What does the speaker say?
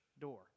door